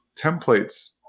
templates